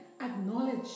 acknowledge